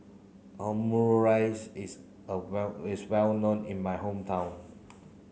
Omurice is well known in my hometown